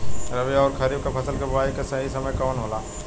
रबी अउर खरीफ के फसल के बोआई के सही समय कवन होला?